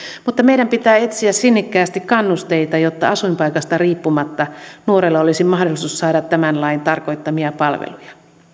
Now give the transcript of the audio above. mutta meidän pitää etsiä sinnikkäästi kannusteita jotta asuinpaikasta riippumatta nuorella olisi mahdollisuus saada tämän lain tarkoittamia palveluja